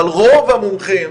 אבל רוב המומחים,